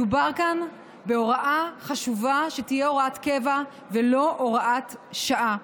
מדובר כאן בהוראה חשובה שתהיה הוראת קבע ולא הוראת שעה.